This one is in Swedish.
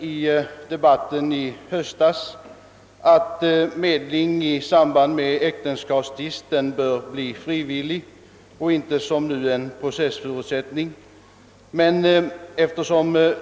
I debatten i höstas yttrade jag att medling i samband med äktenskapstvist bör bli frivillig och inte som nu vara en processförutsättning.